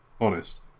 honest